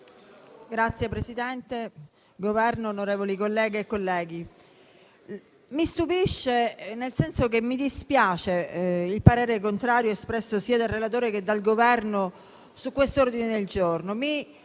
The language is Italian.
rappresentante del Governo, onorevoli colleghe e colleghi, mi stupisce, nel senso che mi dispiace, il parere contrario espresso sia dal relatore che dal Governo su questo ordine del giorno.